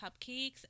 cupcakes